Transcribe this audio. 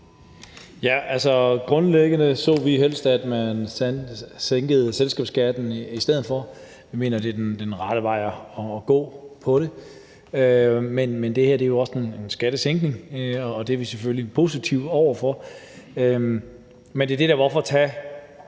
Grundlæggende så vi helst, at man sænkede selskabsskatten i stedet for – det mener vi er den rette vej at gå på det område – men det her er jo også en skattesænkning, og det er vi selvfølgelig positive over for. Men hvorfor tage